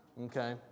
okay